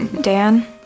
Dan